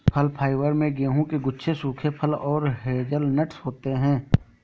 फल फाइबर में गेहूं के गुच्छे सूखे फल और हेज़लनट्स होते हैं